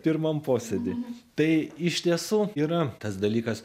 pirmam posėdy tai iš tiesų yra tas dalykas